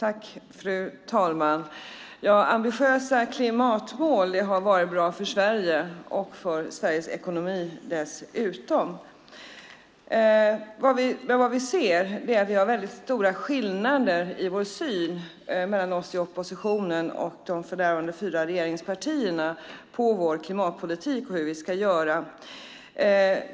Fru talman! Ambitiösa klimatmål har varit bra för Sverige och för Sveriges ekonomi dessutom. Vad vi ser är väldigt stora skillnader mellan oss i oppositionen och de fyra regeringspartierna i synen på vår klimatpolitik och hur vi ska göra.